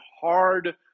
hard